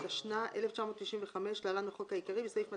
התשנ"ה 1995‏ (להלן, החוק העיקרי), בסעיף 223,